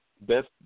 best